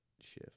shift